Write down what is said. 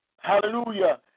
hallelujah